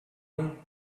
honey